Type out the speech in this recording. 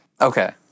Okay